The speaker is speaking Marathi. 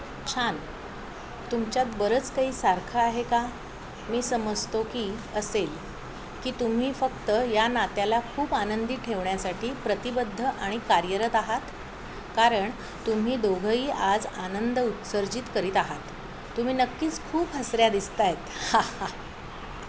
छान तुमच्यात बरंच काही सारखं आहे का मी समजतो की असेल की तुम्ही फक्त या नात्याला खूप आनंदी ठेवण्यासाठी प्रतिबद्ध आणि कार्यरत आहात कारण तुम्ही दोघंही आज आनंद उत्सर्जित करीत आहात तुम्ही नक्कीच खूप हसऱ्या दिसत आहेत हां हां